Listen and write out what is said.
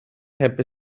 heb